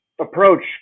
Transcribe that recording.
approach